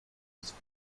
used